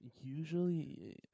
usually